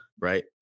right